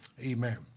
Amen